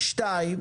דבר שני,